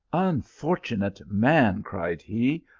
unfortunate man, cried he,